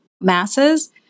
masses